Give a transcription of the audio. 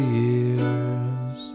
years